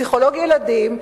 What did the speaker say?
פסיכולוג ילדים,